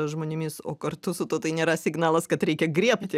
žmonėmis o kartu su tuo tai nėra signalas kad reikia griebti